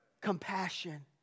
Compassion